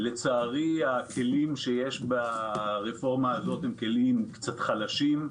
לצערי הכלים שיש ברפורמה הזאת הם כלים קצת חלשים.